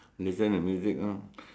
listen to music ah